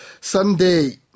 Sunday